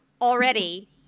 already